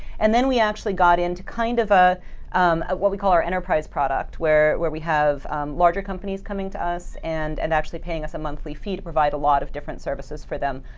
and then we actually got into kind of ah um what we call our enterprise product, where where we have larger companies coming to us and and actually paying us a monthly fee to provide a lot of different services services for them,